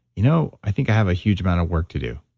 you know, i think i have a huge amount of work to do.